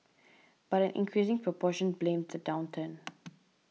but an increasing proportion blamed the downturn